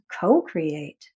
co-create